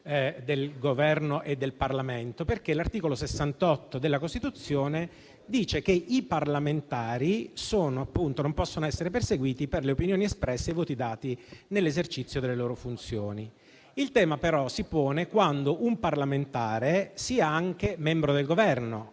del Governo e del Parlamento, perché l'articolo 68 della Costituzione dice che i parlamentari non possono essere perseguiti per le opinioni espresse e i voti dati nell'esercizio delle loro funzioni. Il tema, però, si pone quando un parlamentare sia anche membro del Governo,